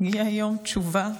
הגיעה היום תשובה,